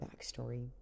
backstory